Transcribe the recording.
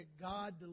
God